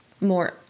more